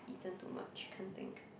I have eaten too much can't think